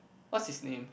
what's his name